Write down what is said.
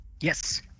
Yes